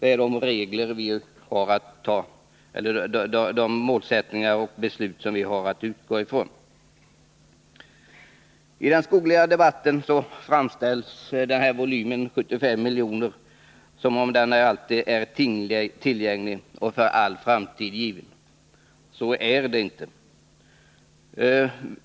Det är dessa målsättningar och beslut som vi har att utgå från. I den skogliga debatten framställs volymen 75 miljoner som en alltid tillgänglig och för all framtid given volym. Så är det inte.